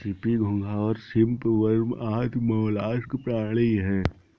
CP, घोंगा और shrimp worm आदि मौलास्क प्राणी हैं